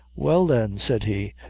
well, then, said he,